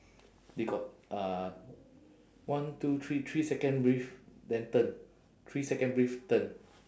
they got uh one two three three second breathe then turn three second breathe turn